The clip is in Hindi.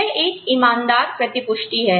यह एक ईमानदार प्रतिपुष्टि है